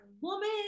Woman